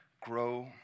Grow